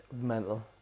mental